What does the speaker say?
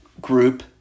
group